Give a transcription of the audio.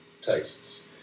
tastes